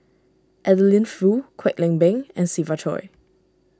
Adeline Foo Kwek Leng Beng and Siva Choy